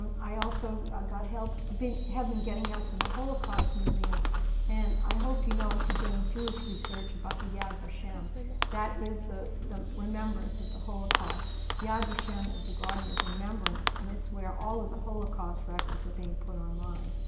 i also got help being have been getting help from the holocaust museum and i hope you know if you doing jewish research about the yad vashem that is the remembrance of the holocaust yad vashem is the garden of remembrance and this is where all of the holocaust records are being put on like